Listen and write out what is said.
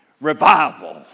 revival